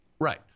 Right